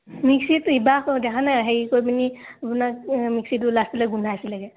মিক্সিত ইবাৰ দেখা নাই হেৰি কৰি পিনি আপোনাৰ মিক্সিটো লাষ্টলৈ গোন্ধাইছিলেগৈ